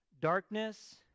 Darkness